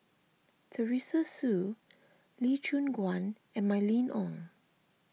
Teresa Hsu Lee Choon Guan and Mylene Ong